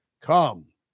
come